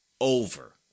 over